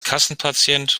kassenpatient